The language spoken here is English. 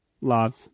love